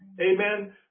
Amen